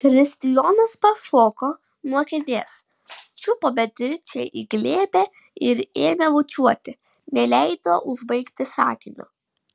kristijonas pašoko nuo kėdės čiupo beatričę į glėbį ir ėmė bučiuoti neleido užbaigti sakinio